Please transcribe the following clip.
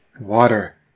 Water